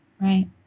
Right